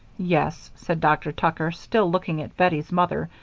yes, said dr. tucker, still looking at bettie's mother,